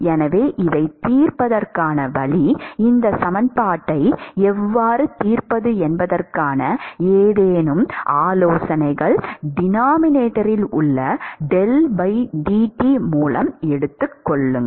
எனவே இதைத் தீர்ப்பதற்கான வழி இந்த சமன்பாட்டை எவ்வாறு தீர்ப்பது என்பதற்கான ஏதேனும் ஆலோசனைகள் டினாமினேட்டரில் உள்ள மூலம் எடுத்துக் கொள்ளுங்கள்